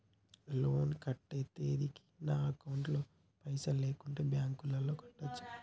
Loan కట్టే తేదీకి నా అకౌంట్ లో పైసలు లేకుంటే బ్యాంకులో కట్టచ్చా?